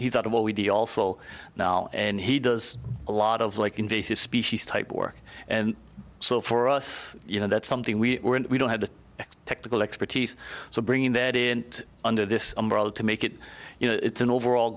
he's out of what we did also now and he does a lot of like invasive species type work and so for us you know that's something we weren't we don't have the technical expertise so bringing that isn't under this umbrella to make it you know it's an overall